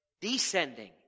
descending